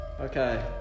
Okay